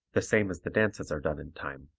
the same as the dances are done in time.